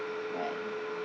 right